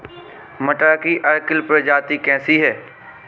मटर की अर्किल प्रजाति कैसी है?